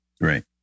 right